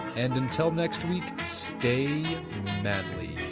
and until next week stay manly